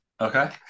Okay